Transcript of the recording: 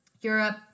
Europe